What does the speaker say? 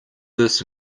this